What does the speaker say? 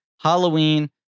Halloween